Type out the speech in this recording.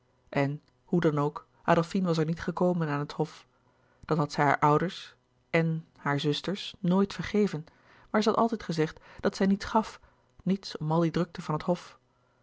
en hoe dan ook adolfine was er niet gekomen aan het hof dat had zij hare ouders en hare zusters nooit vergeven maar zij had altijd gezegd dat zij niets louis couperus de boeken der kleine zielen gaf nietsom al die drukte van het hof